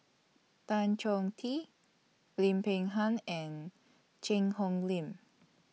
Tan Chong Tee Lim Peng Han and Cheang Hong Lim